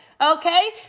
Okay